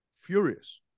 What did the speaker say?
furious